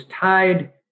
tied